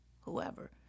whoever